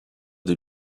des